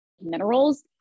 minerals